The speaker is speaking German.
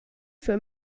für